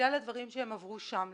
בגלל הדברים שהם עברו שם.